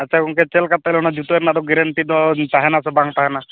ᱟᱪᱪᱷᱟ ᱜᱚᱝᱠᱮ ᱪᱮᱫ ᱞᱮᱠᱟ ᱛᱟᱦᱚᱞᱮ ᱚᱱᱟ ᱡᱩᱛᱟᱹ ᱨᱮᱱᱟᱜ ᱫᱚ ᱜᱮᱨᱮᱱᱴᱤ ᱫᱚ ᱛᱟᱦᱮᱱᱟ ᱥᱮ ᱵᱟᱝ ᱛᱟᱦᱮᱱᱟ